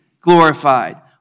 glorified